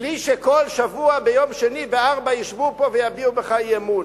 בלי שכל שבוע ביום שני ב-16:00 ישבו פה ויביעו אי-אמון